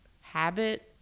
habit